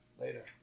Later